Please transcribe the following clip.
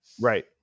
Right